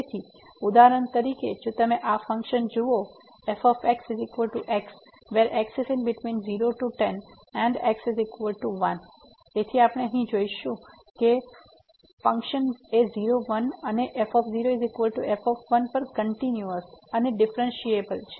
તેથી ઉદાહરણ તરીકે જો તમે આ ફંક્શન જુઓ fxx 0≤x1 0 x1 તેથી આપણે અહીં શું જોઈએ છીએ કે ફંકશન 0 1 અને f f પર કંટીન્યુયસ અને ડિફ્રેન્સિએબલ છે